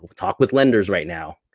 talk with lenders right now,